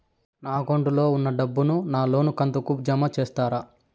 నా అకౌంట్ లో ఉన్న డబ్బును నా లోను కంతు కు జామ చేస్తారా?